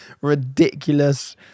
ridiculous